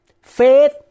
Faith